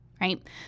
right